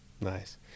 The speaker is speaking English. Nice